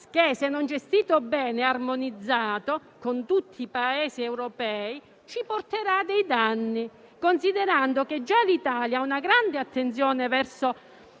che, se non gestito bene e armonizzato con tutti i Paesi europei, ci porterà dei danni, considerando che già l'Italia ha una grande attenzione verso